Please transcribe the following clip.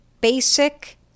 basic